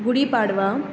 Gudi Padwa